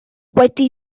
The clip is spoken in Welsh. wedi